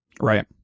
Right